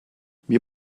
mir